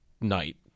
night